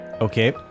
Okay